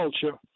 culture